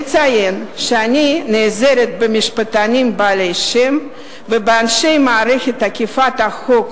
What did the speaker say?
אציין שאני נעזרת במשפטנים בעלי שם ובאנשי מערכת אכיפת החוק